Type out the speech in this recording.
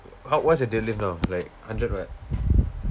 how what's your deadlift now like hundred what